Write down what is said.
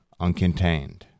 uncontained